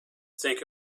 think